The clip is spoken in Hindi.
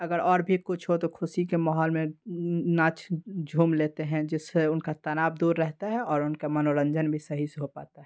अगर और भी कुछ हो तो ख़ुशी के माहौल में नाच झूम लेते हैं जिससे उनका तनाव दूर रहता है और उनका मनोरंजन भी सही से हो पाता है